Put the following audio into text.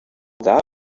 that